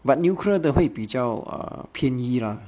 but nuclear 的会比较 err 便宜 lah